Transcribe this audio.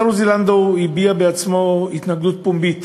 השר עוזי לנדאו הביע בעצמו התנגדות פומבית